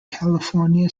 california